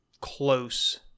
close